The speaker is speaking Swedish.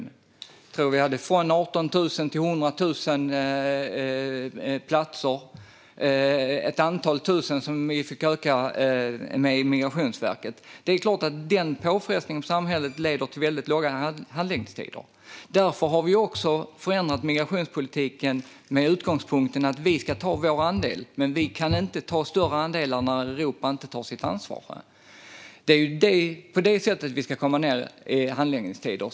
Jag tror att vi ökade antalet platser från 18 000 till 100 000, och vi fick öka Migrationsverkets anställda med ett antal tusen. Det är klart att den påfrestningen på samhället leder till väldigt långa handläggningstider. Därför har vi förändrat migrationspolitiken med utgångspunkten att vi ska ta vår andel men att vi inte kan ta större andelar när Europa inte tar sitt ansvar. Det är på det sättet vi ska korta handläggningstiderna.